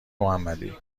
محمدی